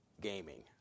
gaming